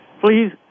Please